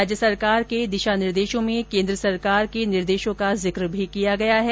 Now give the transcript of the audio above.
राज्य सरकार के दिशा निर्देशों में केन्द्र सरकार के निर्देशों का जिक्र भी किया गया है